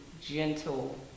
gentle